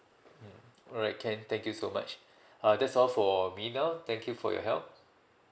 mm alright can thank you so much uh that's all for me now thank you for your help